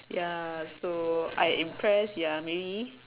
ya so I'm impressed ya maybe